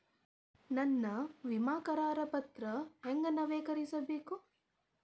ನನ್ನ ವಿಮಾ ಕರಾರ ಪತ್ರಾ ಹೆಂಗ್ ನವೇಕರಿಸಬೇಕು?